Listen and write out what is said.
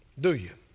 do you?